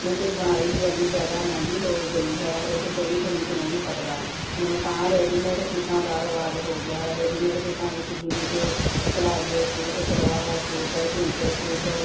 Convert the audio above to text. ਕਿਉਂਕਿ ਬੁਣਾਈ ਹੀ ਇੰਨੀ ਜ਼ਿਆਦਾ ਮਹਿੰਗੀ ਹੋ ਗਈ ਹੈ ਹਰੇਕ ਕੋਈ ਖਰੀਦ ਨਹੀਂ ਸਕਦਾ ਹੁਣ ਤਾਂ ਰੈਡੀਮੇਟ ਸੂਟਾਂ ਦਾ ਰਿਵਾਜ਼ ਹੋ ਗਿਆ ਹੈ ਰੈਡੀਮੇਡ ਸੂਟਾਂ ਵਿੱਚ ਜਿਵੇਂ ਕਿ palazzo suit salwar suit simple suit